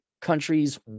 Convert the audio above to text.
countries